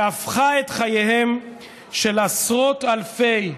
והפכו את חייהם של עשרות אלפי,